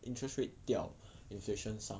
interest rate 掉 inflation 上